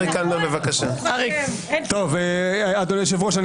אדוני היושב-ראש,